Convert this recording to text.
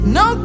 no